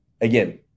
again